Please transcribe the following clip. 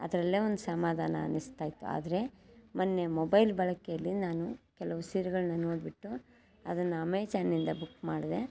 ಅದರಲ್ಲೇ ಒಂದು ಸಮಾಧಾನ ಅನ್ನಿಸ್ತಾ ಇತ್ತು ಆದರೆ ಮೊನ್ನೆ ಮೊಬೈಲ್ ಬಳಕೆಯಲ್ಲಿ ನಾನು ಕೆಲವು ಸೀರೆಗಳನ್ನ ನೋಡಿಬಿಟ್ಟು ಅದನ್ನು ಅಮೇಝಾನ್ನಿಂದ ಬುಕ್ ಮಾಡಿದೆ